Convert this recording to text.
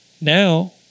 Now